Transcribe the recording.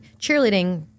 Cheerleading